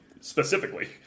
specifically